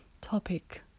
topic